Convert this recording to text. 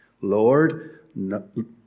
Lord